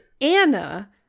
Anna